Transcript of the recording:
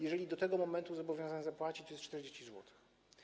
Jeżeli do tego momentu zobowiązany zapłaci, to jest 40 zł.